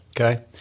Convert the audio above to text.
Okay